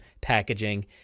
packaging